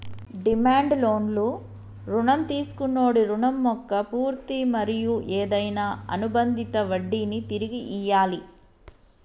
demand లోన్లు రుణం తీసుకొన్నోడి రుణం మొక్క పూర్తి మరియు ఏదైనా అనుబందిత వడ్డినీ తిరిగి ఇయ్యాలి